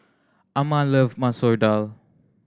Amma love Masoor Dal